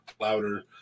louder